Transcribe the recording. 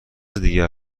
دیگر